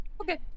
Okay